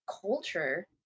culture